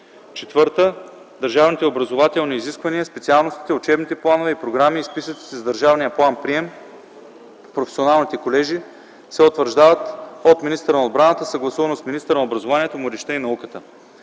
(4) Държавните образователни изисквания, специалностите, учебните планове и програми и списъците за държавния план-прием в професионалните колежи се утвърждават от министъра на отбраната, съгласувано с министъра на образованието, младежта и науката.